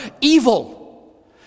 evil